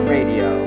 Radio